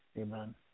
Amen